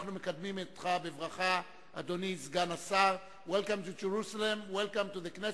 אני קובע שדין רציפות יחול על-פי בקשת